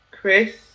Chris